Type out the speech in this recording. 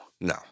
no